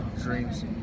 dreams